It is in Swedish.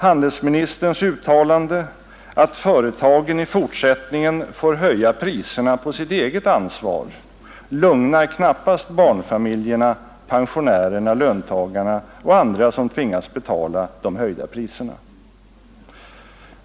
Handelsministerns uttalande att företagen i fortsättningen får höja priserna på sitt eget ansvar lugnar knappast barnfamiljerna, pensionärerna, löntagarna och andra som tvingas betala de höjda priserna.